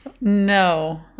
No